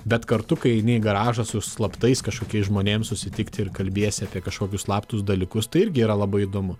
bet kartu kai eini į garažą su slaptais kažkokiais žmonėm susitikti ir kalbiesi apie kažkokius slaptus dalykus tai irgi yra labai įdomu